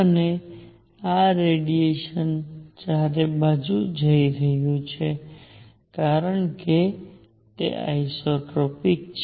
અને આ રેડીએશન ચારે બાજુ જઈ રહ્યુ છે કારણ કે આઇસોટ્રોપિક છે